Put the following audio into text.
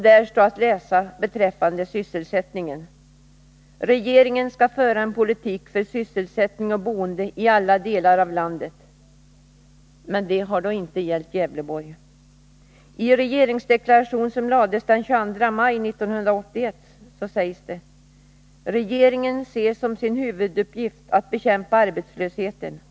Där står att läsa beträffande sysselsättningen: ”Regeringen skall föra en politik för sysselsättning och boende i alla delar av landet.” Men det har då inte gällt Gävleborg. I regeringsdeklarationen som lades fram den 22 maj 1981 sägs: ”Regeringen ser som sin huvuduppgift att bekämpa arbetslösheten.